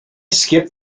skip